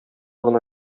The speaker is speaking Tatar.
гына